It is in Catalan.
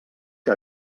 que